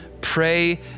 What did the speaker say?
pray